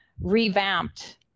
revamped